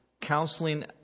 counseling